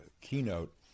keynote